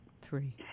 Three